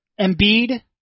Embiid